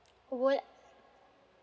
will